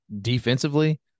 defensively